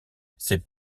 c’est